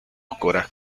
oscuras